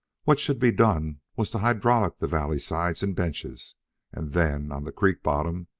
what should be done was to hydraulic the valley sides and benches, and then, on the creek bottom,